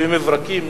במברקים,